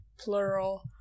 Plural